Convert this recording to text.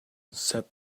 said